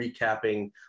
recapping